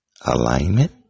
Alignment